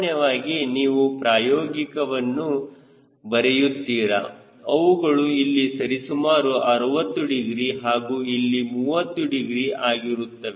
ಸಾಮಾನ್ಯವಾಗಿ ನೀವು ಪ್ರಾಯೋಗಿಕ ವನ್ನು ಬರೆಯುತ್ತೀರಾ ಅವುಗಳು ಇಲ್ಲಿ ಸರಿಸುಮಾರು 60 ಡಿಗ್ರಿ ಹಾಗೂ ಇಲ್ಲಿ 30 ಡಿಗ್ರಿ ಆಗಿರು